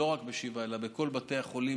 לא רק בשיבא אלא בכל בתי החולים,